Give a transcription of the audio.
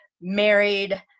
married